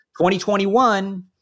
2021